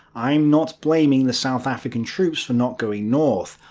i'm not blaming the south african troops for not going north,